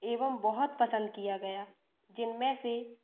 एवं बहुत पसंद किया गया जिनमें से